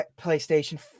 PlayStation